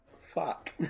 fuck